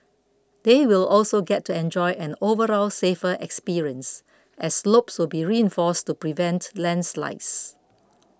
they will also get to enjoy an overall safer experience as slopes will be reinforced to prevent landslides